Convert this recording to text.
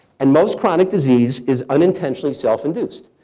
and most chronic disease is unintentionally self-induced.